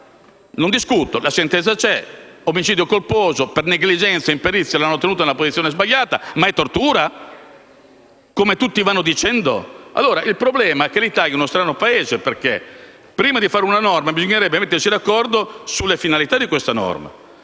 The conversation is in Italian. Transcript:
non discuto. La sentenza c'è: omicidio colposo per negligenza, imperizia; lo hanno tenuto nella posizione sbagliata. Ma è forse tortura, come tutti vanno dicendo? Il problema è che l'Italia è uno strano Paese perché prima di fare una norma bisognerebbe mettersi d'accordo sulle finalità della stessa.